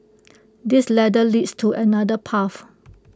this ladder leads to another path